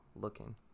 looking